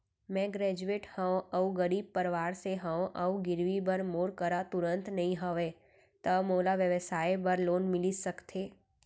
मैं ग्रेजुएट हव अऊ गरीब परवार से हव अऊ गिरवी बर मोर करा तुरंत नहीं हवय त मोला व्यवसाय बर लोन मिलिस सकथे?